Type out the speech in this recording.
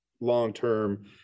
long-term